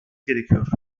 gerekiyor